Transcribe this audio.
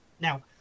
Now